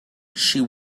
she